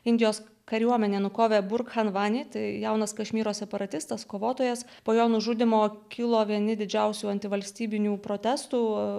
indijos kariuomenė nukovė burhan vanį tai jaunas kašmyro separatistas kovotojas po jo nužudymo kilo vieni didžiausių antivalstybinių protestų